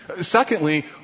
Secondly